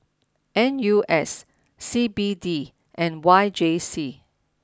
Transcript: N U S C B D and Y J C